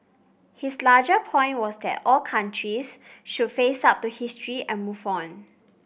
his larger point was that all countries should face up to history and move on